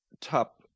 top